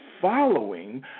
following